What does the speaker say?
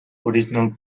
original